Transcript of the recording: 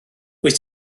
wyt